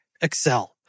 Excel